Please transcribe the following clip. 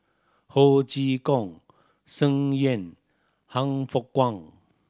Ho Chee Kong Tsung Yeh Han Fook Kwang